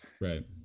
Right